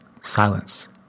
silence